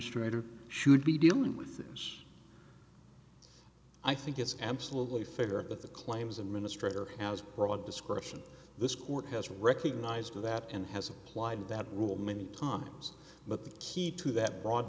straight or should be dealing with us i think it's absolutely figure that the claims administrator has broad discretion this court has recognized that and has applied that rule many times but the key to that broad